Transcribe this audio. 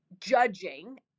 judging